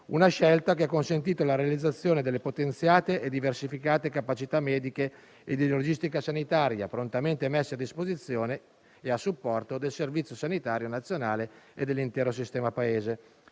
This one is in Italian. una scelta ha consentito la realizzazione delle potenziate e diversificate capacità mediche e di logistica sanitaria prontamente messe a disposizione e a supporto del Servizio sanitario nazionale e dell'intero sistema Paese.